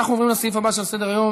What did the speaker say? אנחנו עוברים לסעיף הבא על סדר-היום: